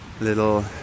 little